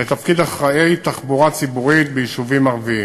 לתפקיד אחראי תחבורה ציבורית ביישובים ערביים.